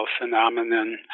phenomenon